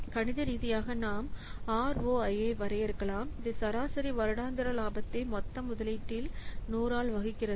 கணித ரீதியாக நாம் ROI ஐ வரையறுக்கலாம் இது சராசரி வருடாந்திர இலாபத்தை மொத்த முதலீட்டில் 100 ஆல் வகுக்கிறது